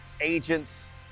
agents